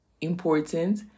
important